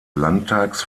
landtags